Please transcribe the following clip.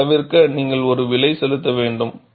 அதைத் தவிர்க்க நீங்கள் ஒரு விலை செலுத்த வேண்டும்